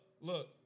Look